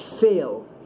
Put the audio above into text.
fail